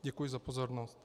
Děkuji za pozornost.